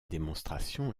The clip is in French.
démonstration